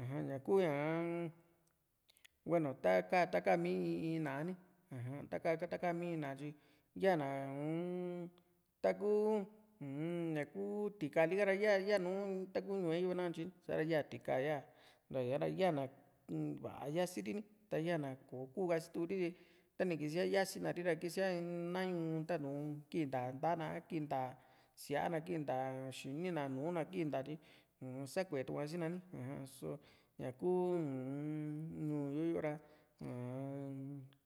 aja ñaku ñaa hueno taka taka mi in in ná´a ni aja taka taka mi in ná´a tyi yana uu-n takuu uu-n ñakuu tika lika ra ya yaanu taku ñuue yo nakatye sa´ra yaaa tika ya ra yana va´a yasiri ni taya na kò´o kuu kasituu ri tyi tani kisia yasina ri ra kisiaa nañu tatu´n kintaa nta´a na a kinta síaa na kintaa xini na nùù na kinta uu-n sa kueetua sina ni aja só ñakuu uu-n ñuu yo´yo ra uu-n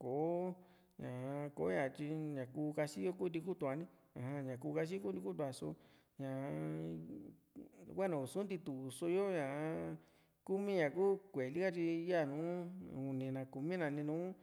kò´o ñaa koña tyi ñakuu kasiyo kunti kutu´a ni aja ñaku kase kuntii kutua só ñaa hueno i suntitu so yo ñaa kumi ña kuu ku´e lika tyi yanuu uni na kumi na nu nùù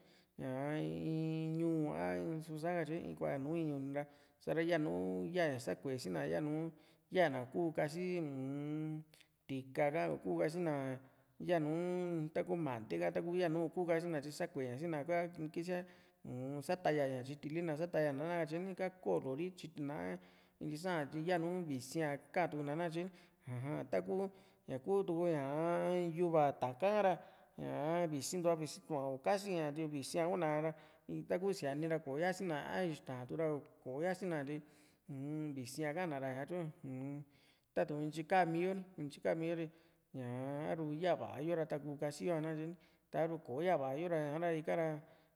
ñaa in ñuu a su´sa katye kua nu in ñuu ra sa´ra yanu yaa ña sa kuee sina yanu yaana iku kasi uu-n tika ka ikuu kasina yanuu taku mante ka taku yanu iku kasina tyi sa kuee ña sina ika kisia uun Sataya ña tyitili na Sataya na katye ni ika koolo ri tyitina a intyi saa tyi yanu visi ´a katuna nakatye ni aja taku ñakutuku ñaa yuva taka ha´ra ñaa visintuva visituá i kasina tyi visia kuna ra taku siani ra koo yasina a ixtaa tuku ra kò´om yasina ri uu-n visi ka´na ra satyu uu-n tatu´n ntyika mii yo ntyi ka mii yo tyi ñaa a´ru yava yo ra taku kasiyo´a nakatye ni taaru kò´o yava yora ñaka ra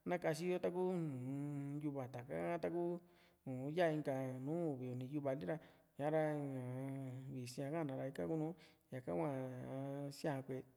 a kasiyo taku uu-n yuva taka ha taku un ya inka nu uvi uni yuvantiu ra sa´ra ñaa vis´a ka´na ika kunu ñaka hua ñaa síaa ku´e ni